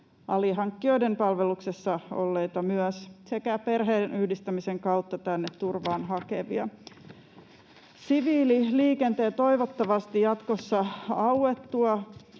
alihankkijoiden palveluksessa olleita myös — sekä perheenyhdistämisen kautta tänne turvaan hakevia. Siviililiikenteen toivottavasti jatkossa auettua